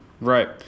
Right